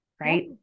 right